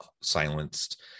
silenced